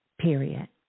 Period